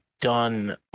done